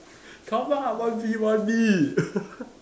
come ah one V one V